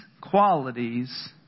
qualities